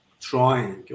trying